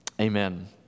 Amen